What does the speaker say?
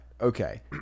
Okay